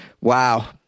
Wow